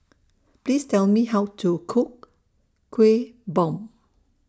Please Tell Me How to Cook Kuih Bom